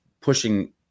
pushing